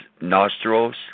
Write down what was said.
nostrils